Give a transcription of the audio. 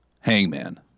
Hangman